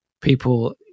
people